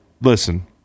listen